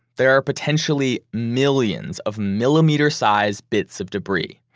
there are potentially millions of millimeter size bits of debris,